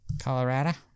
Colorado